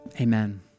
amen